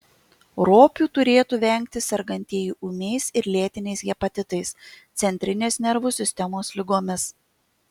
ropių turėtų vengti sergantieji ūmiais ir lėtiniais hepatitais centrinės nervų sistemos ligomis